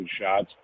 shots